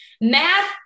math